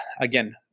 again